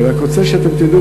אני רק רוצה שאתם תדעו,